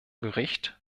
gericht